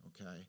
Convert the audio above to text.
okay